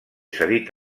cedit